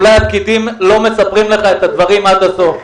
אולי הפקידים לא מספרים לך את הדברים עד הסוף.